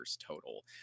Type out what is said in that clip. total